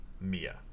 Mia